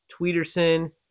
Tweederson